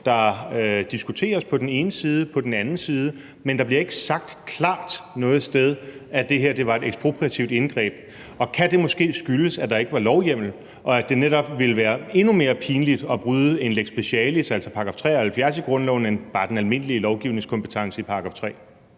Der diskuteres på den ene side og på den anden side, men der bliver ikke noget sted sagt klart, at det her var et ekspropriativt indgreb, og kan det måske skyldes, at der ikke var lovhjemmel, og at det netop ville være endnu mere pinligt at bryde en lex specialis, altså § 73 i grundloven, end bare den almindelige lovgivningskompetence i § 3?